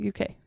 uk